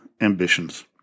ambitions